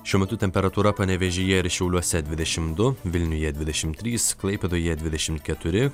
šiuo metu temperatūra panevėžyje ir šiauliuose dvidešim du vilniuje dvidešimt trys klaipėdoje dvidešimt keturi